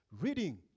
reading